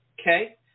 Okay